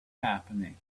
happening